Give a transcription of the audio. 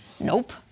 Nope